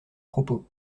propos